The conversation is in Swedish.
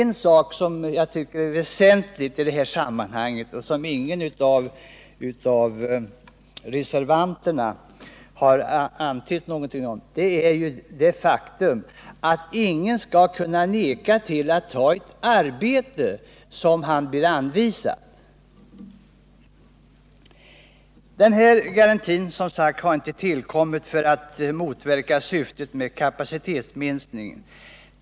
Något som jag tycker är väsentligt i detta sammanhang men som ingen av reservanterna har gjort någon antydan om är det faktum, att en friställd inte skall kunna vägra att ta ett arbete som han eiler hon blir anvisad. Den här garantin har som sagt inte tillkommit för att motverka syftet med kapacitetsminskningen.